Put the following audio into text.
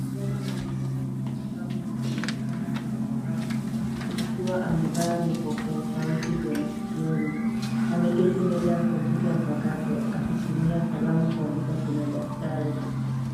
Kijana anaonekana akitabasamu na kuonekana kwenye furaha akiwa amevaa vipokea sauti vya masikioni. Ameketi mbele ya kompyuta mpakato akitumia kalamu kuandika kwenye daftari.